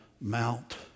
Mount